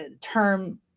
term